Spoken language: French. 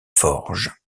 forges